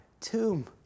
tomb